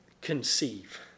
conceive